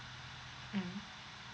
mm